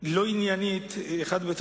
לא עניינית זה על זה.